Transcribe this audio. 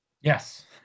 Yes